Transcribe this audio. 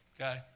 okay